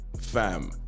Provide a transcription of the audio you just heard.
Fam